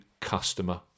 customer